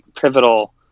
pivotal